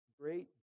great